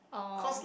oh